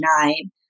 nine